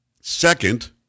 second